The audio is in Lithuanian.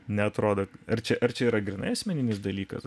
neatrodo ar čia ar čia yra grynai asmeninis dalykas